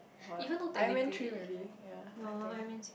what I went three maybe yea I think